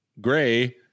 gray